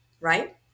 right